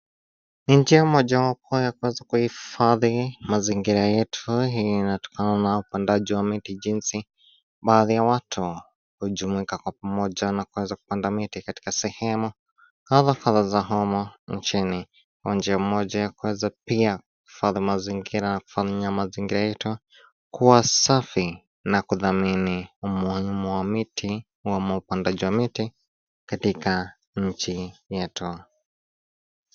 Ni njia mojawapo ya kuweza kuhifadhi mazingira yetu, hii inatokana na upandaji wa miti jinsi baadhi ya watu, hujumuika kwa pamoja na kuweza kupanda miti katika sehemu kadha kadha za humu nchini, kwa njia moja ya kuweza pia kuhifadhi mazingira, kufanya mazingira yetu kuwa safi na kudhamini umuhimu wa miti ama upandaji wa miti katika nchi yetu.